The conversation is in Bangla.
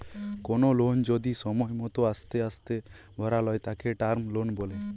কোনো লোন যদি সময় মতো আস্তে আস্তে ভরালয় তাকে টার্ম লোন বলে